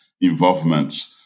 involvement